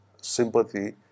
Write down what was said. sympathy